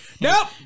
nope